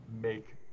make